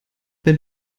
wenn